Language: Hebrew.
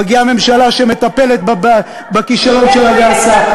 מגיעה ממשלה שמטפלת בכישלון של "הדסה".